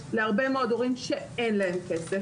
מסננת להרבה מאוד הורים שאין להם כסף